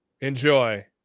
Enjoy